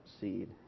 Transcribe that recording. seed